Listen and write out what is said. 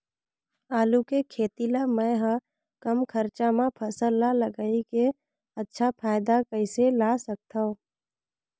आलू के खेती ला मै ह कम खरचा मा फसल ला लगई के अच्छा फायदा कइसे ला सकथव?